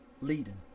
leading